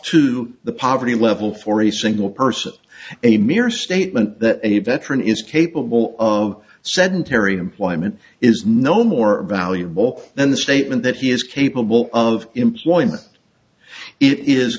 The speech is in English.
to the poverty level for a single person a mere statement that any veteran is capable of sedentary employment is no more valuable than the statement that he is capable of employment it is